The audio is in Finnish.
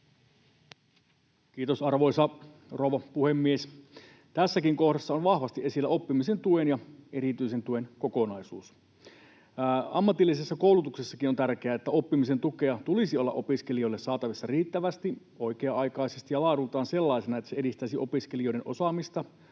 Kiitos, arvoisa rouva puhemies! Tässäkin kohdassa on vahvasti esillä oppimisen tuen ja erityisen tuen kokonaisuus. Ammatillisessa koulutuksessakin on tärkeää, että oppimisen tukea tulisi olla opiskelijoille saatavissa riittävästi, oikea-aikaisesti ja laadultaan sellaisena, että se edistäisi opiskelijoiden osaamista,